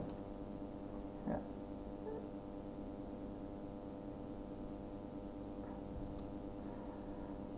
ya